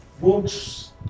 books